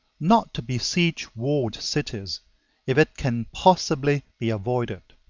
not to besiege walled cities if it can possibly be avoided.